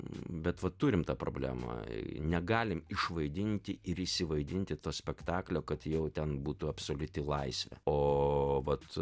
bet vat turim tą problemą jei negalim išvaidinti ir įsivaidinti to spektaklio kad jau ten būtų absoliuti laisvė o vat